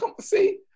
see